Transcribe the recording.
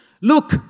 Look